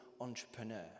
entrepreneur